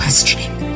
Questioning